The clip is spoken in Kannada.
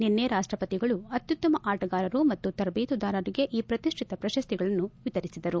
ನಿನ್ನೆ ರಾಷ್ಟಪತಿಗಳು ಅತ್ಯುತ್ತಮ ಆಟಗಾರರು ಮತ್ತು ತರಬೇತುದಾರರಿಗೆ ಈ ಪ್ರತಿಷ್ಟಿತ ಪ್ರಶಸ್ತಿಗಳನ್ನು ವಿತರಿಸಿದರು